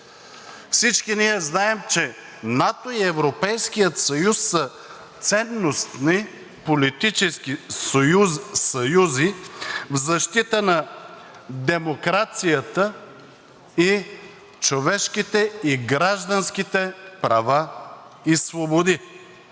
Всички ние знаем, че НАТО и Европейският съюз са ценностни политически съюзи в защита на демокрацията, човешките и гражданските права и свободи.